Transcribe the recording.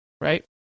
right